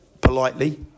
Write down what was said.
politely